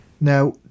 Now